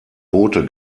boote